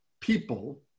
people